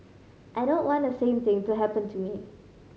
I don't want the same thing to happen to me